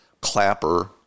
Clapper